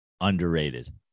underrated